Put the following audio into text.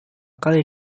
kali